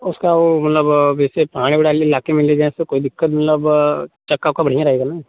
उसका वो मतलब वैसे इलाके में ले जाने से कोई दिक्कत मतलब चक्का वक्का बढ़िया रहेगा न